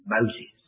Moses